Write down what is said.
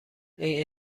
این